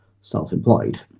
self-employed